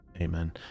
Amen